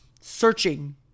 searching